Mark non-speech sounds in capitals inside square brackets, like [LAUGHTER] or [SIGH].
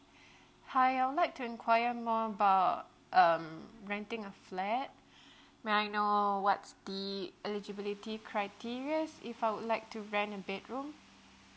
* [BREATH] hi I would like to enquire more about um renting a flat [BREATH] may I know what's the eligibility criterias if I would like to rent a bedroom